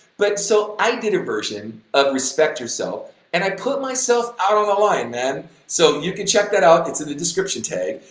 but so i did a version of respect yourself and i put myself out on the line, man, so you can check that out, it's in the description tag,